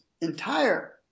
entire